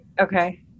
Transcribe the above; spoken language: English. Okay